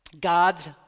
God's